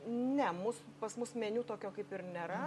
ne mūs pas mus meniu tokio kaip ir nėra